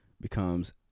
becomes